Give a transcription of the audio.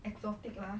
exotic lah